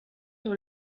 par